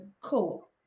cool